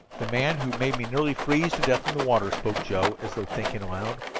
the man who made me nearly freeze to death in the water, spoke joe, as though thinking aloud.